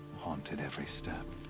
haunted every step.